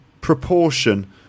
proportion